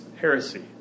heresy